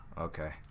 Okay